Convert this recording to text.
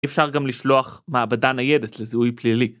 אפשר גם לשלוח מעבדה ניידת לזהוי פלילי.